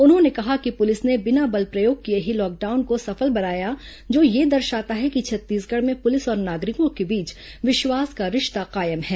उन्होंने कहा कि पुलिस ने बिना बल प्रयोग किए ही लॉकडाउन को सफल बनाया जो यह दर्शाता है कि छत्तीसगढ़ में पुलिस और नागरिकों के बीच विश्वास का रिश्ता कायम है